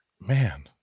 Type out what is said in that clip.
Man